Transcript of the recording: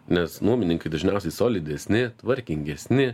nes nuomininkai dažniausiai solidesni tvarkingesni